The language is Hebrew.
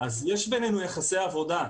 יש בינינו יחסי עבודה.